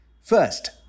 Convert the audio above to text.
First